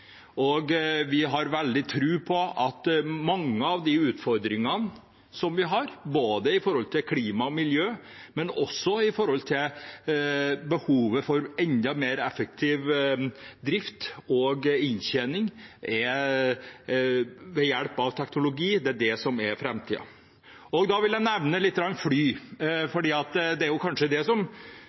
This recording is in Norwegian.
parti. Vi har veldig tro på at når det gjelder mange av de utfordringene vi har – når det gjelder både klima og miljø og behovet for enda mer effektiv drift og inntjening – er teknologi framtiden. Da vil jeg nevne fly. Det er det som ser ut til å være det vanskeligste. Vi har et elektrisk fly i Norge. Avinor er offensiv og prøver å være frampå. Jeg